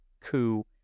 coup